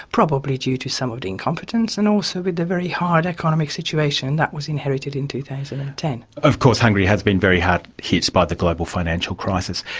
probably due to some of the incompetence and also with the very hard economic situation that was inherited in two thousand and ten. of course hungary has been very hard hit by the global financial crisis.